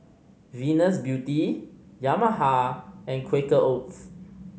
Venus Beauty Yamaha and Quaker Oats